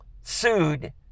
sued